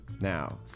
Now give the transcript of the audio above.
Now